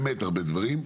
באמת הרבה גדולים.